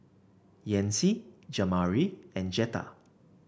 Yancy Jamari and Jetta